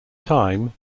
time